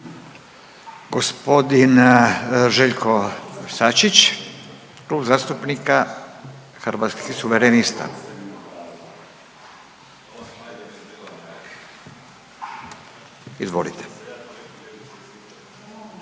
Gospodin Željko Sačić, Klub zastupnika Hrvatskih suverenista. Izvolite.